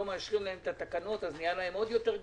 מאשרים להם את התקנות אז יהיה להם עוד יותר גרוע.